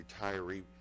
retiree